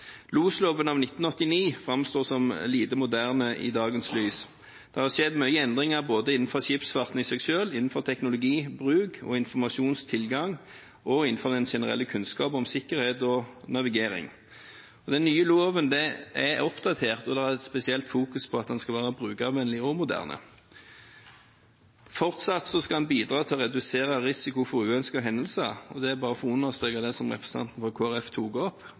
Losloven av 1989 framstår som lite moderne i dagens lys. Det har skjedd mange endringer både innenfor skipsfarten i seg selv, innenfor teknologibruk og informasjonstilgang og innenfor den generelle kunnskap om sikkerhet og navigering. Den nye loven er oppdatert, og det er et spesielt fokus på at den skal være brukervennlig og moderne. Fortsatt skal den bidra til å redusere risiko for uønskede hendelser, og bare for å understreke det som representanten fra Kristelig Folkeparti tok opp: